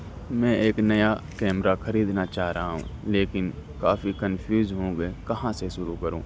میں ایک نیا کیمرہ خریدنا چاہ رہا ہوں لیکن کافی کنفیوز ہوں گئے کہاں سے شروع کروں